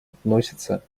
относится